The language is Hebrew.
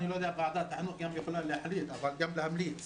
ועדת החינוך יכולה גם להחליט וגם להמליץ